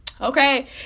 okay